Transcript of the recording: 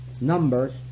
numbers